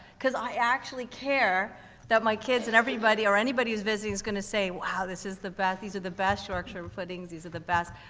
cause i actually care that my kids, and everybody, or anybody who's visiting is gonna say, wow. this is the best, these are the best yorkshire puddings. these are the best.